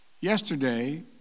Yesterday